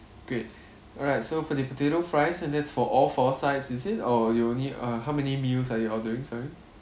great all right so for the potato fries and that's for all four sides is it or you only uh how many meals are you ordering sorry